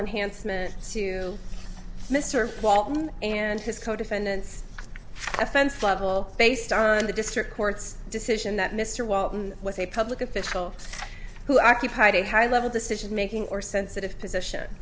enhancement to mr walton and his co defendants defense level based on the district court's decision that mr walton was a public official who occupied a high level decision making or sensitive position